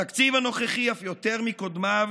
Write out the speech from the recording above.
התקציב הנוכחי, אף יותר מקודמיו,